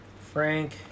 Frank